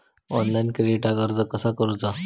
Online क्रेडिटाक अर्ज कसा करुचा?